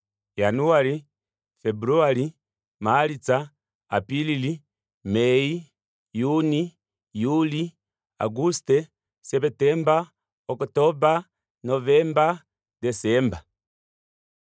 January february march apilili may juni juli auguste september october november december